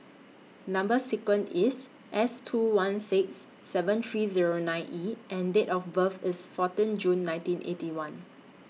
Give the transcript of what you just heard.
Number sequence IS S two one six seven three Zero nine E and Date of birth IS fourteen June nineteen Eighty One